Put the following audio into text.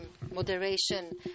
moderation